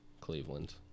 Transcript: Cleveland